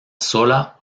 sola